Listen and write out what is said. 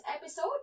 episode